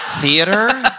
theater